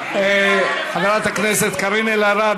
חברת הכנסת קארין אלהרר,